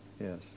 Yes